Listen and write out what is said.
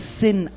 sin